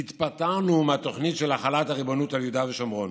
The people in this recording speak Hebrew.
כי התפטרנו מהתוכנית של החלת הריבונות על יהודה ושומרון,